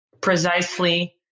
precisely